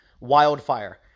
wildfire